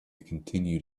continued